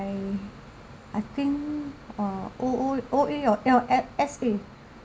I I think uh O O O_A or L_A S_A